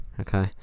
Okay